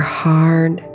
hard